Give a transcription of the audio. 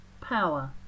power